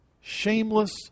Shameless